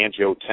Angiotensin